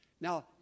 Now